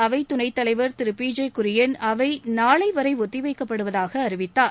அவை துணைத்தலைவர் திரு பி ஜே குரியன் அவை நாளை வரை ஒத்திவைக்கப்படுவதாக அறிவித்தார்